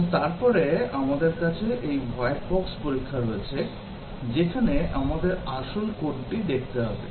এবং তারপরে আমাদের কাছে এই হোয়াইট বক্স পরীক্ষা রয়েছে যেখানে আমাদের আসলে কোডটি দেখতে হবে